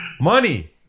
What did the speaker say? Money